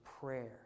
prayer